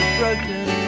broken